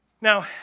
Now